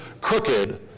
crooked